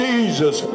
Jesus